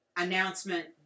Announcement